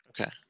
Okay